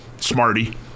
Smarty